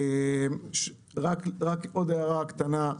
רק עוד הערה קטנה.